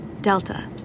Delta